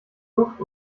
duft